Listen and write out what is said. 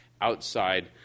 outside